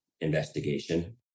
investigation